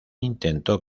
intentó